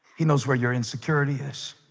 he knows where your insecurity is